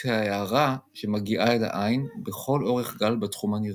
ההארה שמגיעה אל העין בכל אורך גל בתחום הנראה.